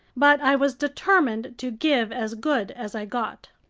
but i was determined to give as good as i got.